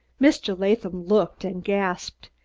mr. latham looked and gasped!